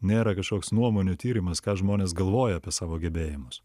nėra kažkoks nuomonių tyrimas ką žmonės galvoja apie savo gebėjimus